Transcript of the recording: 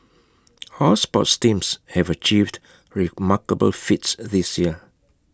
our sports teams have achieved remarkable feats this year